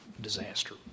disaster